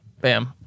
Bam